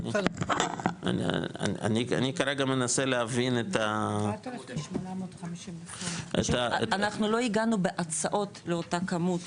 אני כרגע מנסה להבין את ה- -- אנחנו לא הגענו בהצעות לאותה כמות.